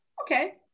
okay